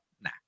nah